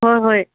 ꯍꯣꯏ ꯍꯣꯏ